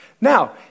Now